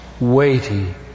weighty